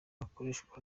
hakoreshwa